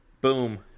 Boom